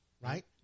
Right